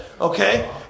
Okay